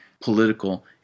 political